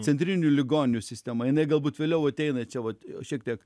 centrinių ligoninių sistema jinai galbūt vėliau ateina čia vat šiek tiek